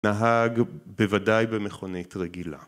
‫נהג, בוודאי במכונית רגילה.